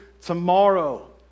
tomorrow